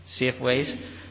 Safeways